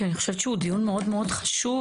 כי אני חושבת שהוא דיון מאוד מאוד חשוב.